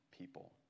people